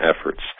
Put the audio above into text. efforts